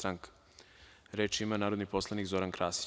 Reč ima narodni poslanik Zoran Krasić.